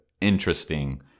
interesting